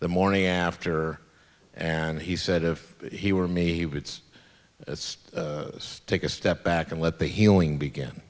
the morning after and he said if he were me it's it's just take a step back and let the healing begin